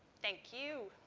thank you.